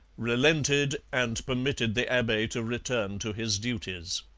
relented and permitted the abbe to return to his duties.